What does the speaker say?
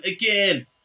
again